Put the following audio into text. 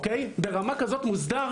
ברמה כזאת הוא מוסדר,